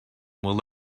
will